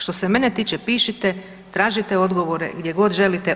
Što se mene tiče pišite, tražite odgovore gdje god želite.